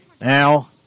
Now